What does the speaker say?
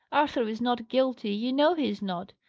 arthur is not guilty you know he is not.